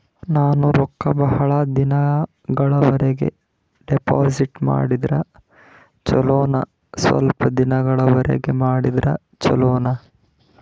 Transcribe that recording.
ನಾನು ರೊಕ್ಕ ಬಹಳ ದಿನಗಳವರೆಗೆ ಡಿಪಾಜಿಟ್ ಮಾಡಿದ್ರ ಚೊಲೋನ ಸ್ವಲ್ಪ ದಿನಗಳವರೆಗೆ ಮಾಡಿದ್ರಾ ಚೊಲೋನ?